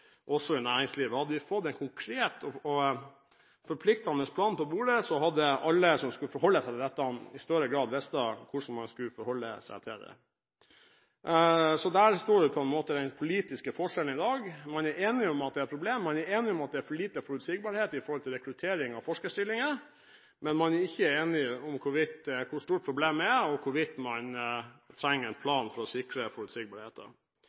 i næringslivet. Hadde vi fått en konkret og forpliktende plan på bordet, hadde alle som skulle forholde seg til dette, i større grad visst hvordan man skulle forholde seg til det. Der er på en måte den politiske forskjellen i dag. Man er enig om at det er et problem, man er enig om at det er for lite forutsigbarhet med hensyn til rekruttering av forskerstillinger, men man er ikke enig om hvor stort problemet er, og om hvorvidt man trenger en